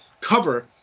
cover